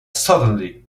suddenly